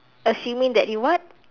assuming that you what